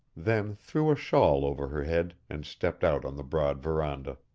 then threw a shawl over her head and stepped out on the broad veranda.